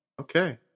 okay